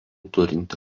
turinti